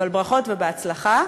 אבל ברכות ובהצלחה.